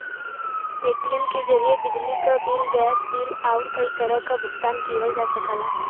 Paytm के जरिये बिजली क बिल, गैस बिल आउर कई तरह क भुगतान किहल जा सकला